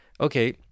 okay